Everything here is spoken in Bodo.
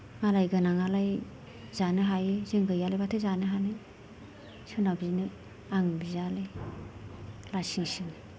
मालाय गोनांआलाय जानो हायो जों गैयालाय बहाथो जानो हानो सोरनाव बिनो आं बिया लै लासिंसिं